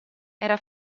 era